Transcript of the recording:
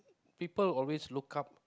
people always look up